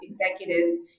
executives